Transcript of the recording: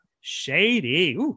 shady